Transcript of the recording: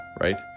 right